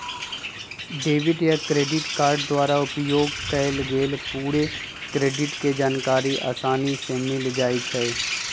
debit आ credit card द्वारा उपयोग कएल गेल पूरे क्रेडिट के जानकारी असानी से मिल जाइ छइ